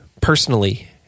personally